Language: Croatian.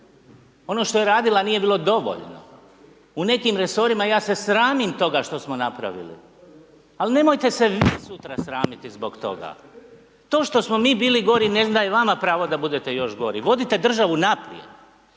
ono što je radila, nije bilo dovoljno, u nekim resorima ja se sramim što smo mi napravili, ali nemojte se vi sutra sramiti zbog toga. To što ste vi bili gori, ne daje vama pravo da budete još gori, vodite državu naprijed,